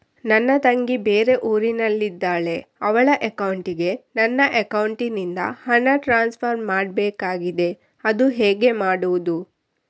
ನನ್ನ ತಂಗಿ ಬೇರೆ ಊರಿನಲ್ಲಿದಾಳೆ, ಅವಳ ಅಕೌಂಟಿಗೆ ನನ್ನ ಅಕೌಂಟಿನಿಂದ ಹಣ ಟ್ರಾನ್ಸ್ಫರ್ ಮಾಡ್ಬೇಕಾಗಿದೆ, ಅದು ಹೇಗೆ ಮಾಡುವುದು?